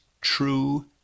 true